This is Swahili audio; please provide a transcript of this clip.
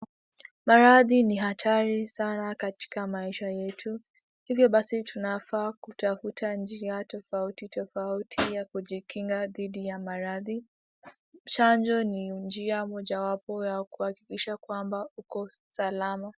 Maradhi ni hatari sana katika maisha yetu. Hivyo basi tunafaa kutafuta njia tofauti tofauti ya kujikinga dhidi ya maradhi. Chanjo ni njia moja wapo ya kuhakikisha kwamba uko salama.